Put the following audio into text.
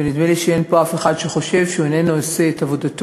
ונדמה לי שאין פה אף אחד שחושב שהוא אינו עושה את עבודתו,